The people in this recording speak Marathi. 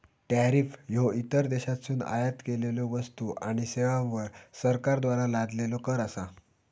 टॅरिफ ह्यो इतर देशांतसून आयात केलेल्यो वस्तू आणि सेवांवर सरकारद्वारा लादलेलो कर असा